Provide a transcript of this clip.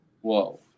Whoa